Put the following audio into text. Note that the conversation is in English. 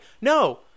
No